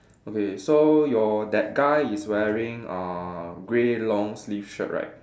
okay so your that guy is wearing uh grey long sleeve shirt right